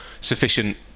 Sufficient